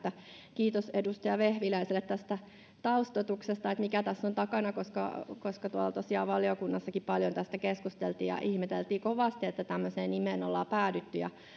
kiitos edustaja vehviläiselle taustoituksesta että mikä tässä on takana koska koska tosiaan valiokunnassakin paljon tästä keskusteltiin ja ihmeteltiin kovasti että tämmöiseen nimeen ollaan päädytty